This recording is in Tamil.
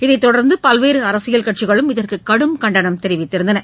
இதைத் தொடர்ந்து பல்வேறு அரசியல் கட்சிகளும் இதற்கு கடும் கண்டனம் தெரிவித்தன